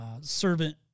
servant